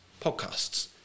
podcasts